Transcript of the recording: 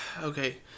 Okay